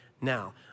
now